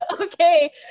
Okay